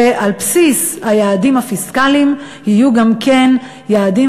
שעל בסיס היעדים הפיסקליים יהיו גם יעדים